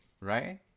right